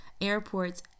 airports